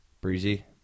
Breezy